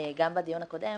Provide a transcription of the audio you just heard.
גם בדיון הקודם